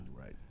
Right